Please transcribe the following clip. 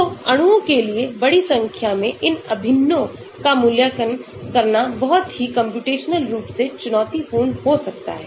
तो अणुओं के लिए बड़ी संख्या में इन अभिन्नों का मूल्यांकन करना बहुत ही कम्प्यूटेशनल रूप से चुनौतीपूर्ण हो सकता है